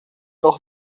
doch